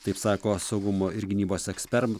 taip sako saugumo ir gynybos eksper